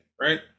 right